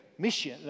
mission